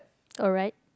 alright